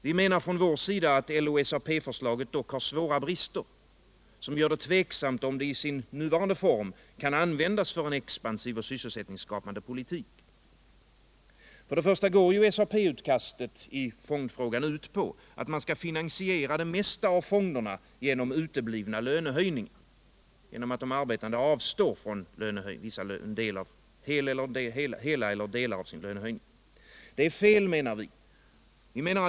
Vi menar dock från vår sida att LO-SAP-förslaget har svåra brister, som gör det tveksamt om det i sin nuvarande form kan användas för en expansiv och sysselsättningsskapande politik. För det första går SAP-utkastet i fondfrågan ut på att man skall finansiera det mesta av fonderna med uteblivna lönchöjningar, genom att de arbetande avstår från hela eller delar av sin ftönehöjning. Det är fel, menar vi.